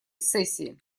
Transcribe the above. сессии